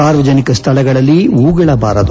ಸಾರ್ವಜನಿಕ ಸ್ವಳಗಳಲ್ಲಿ ಉಗುಳಬಾರದು